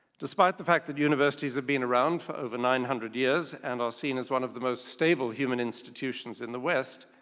despite the fact that universities have been around for over nine hundred years and are seen as one of the most stable human institutions in the west,